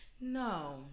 No